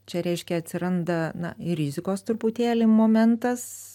čia reiškia atsiranda na ir rizikos truputėlį momentas